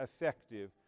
effective